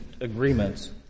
agreements